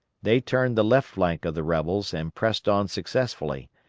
they turned the left flank of the rebels and pressed on successfully,